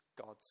God's